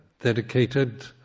dedicated